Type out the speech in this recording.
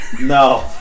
no